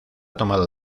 tomado